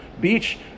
Beach